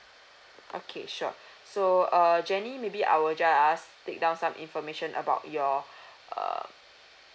okay sure so err jenny maybe I will just take down some information about your uh